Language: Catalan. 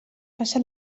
passa